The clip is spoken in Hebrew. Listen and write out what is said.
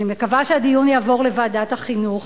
אני מקווה שהדיון יעבור לוועדת החינוך